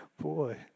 Boy